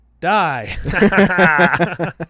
die